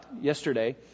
Yesterday